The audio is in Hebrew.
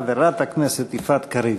חברת הכנסת יפעת קריב.